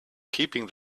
keeping